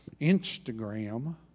Instagram